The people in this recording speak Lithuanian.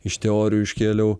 iš teorijų iškėliau